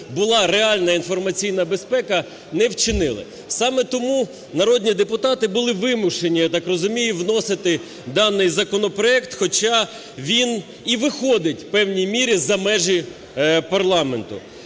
була реальна інформаційна безпека, не вчинили. Саме тому народні депутати були вимушені, я так розумію, вносити даний законопроект, хоча він і виходить в певній мірі за межі парламенту.